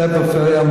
בנושא הפריפריה,